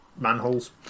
Manholes